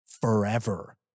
forever